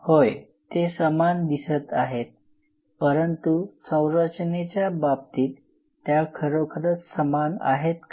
होय ते समान दिसत आहेत परंतु संरचनेच्या बाबतीत त्या खरोखरच समान आहेत का